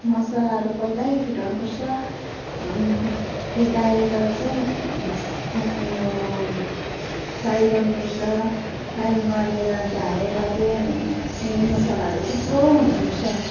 मसालाहरू पहिल्यै फिटाउनु पर्छ अनि फिटाएर चाहिँ उयो फ्राई गर्नु पर्छ फ्राई गरेर झारेर चाहिँ अनि मसालाहरू थुप्रो हुनु पर्छ